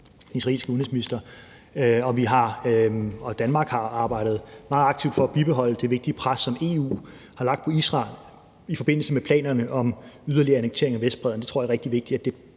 den israelske udenrigsminister, og Danmark har arbejdet meget aktivt for at bibeholde det vigtige pres, som EU har lagt på Israel i forbindelse med planerne om yderligere annektering af Vestbredden. Jeg tror, det er rigtig vigtigt,